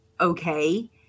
okay